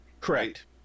correct